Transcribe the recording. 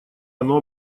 оно